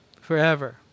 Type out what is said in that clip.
forever